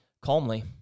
Calmly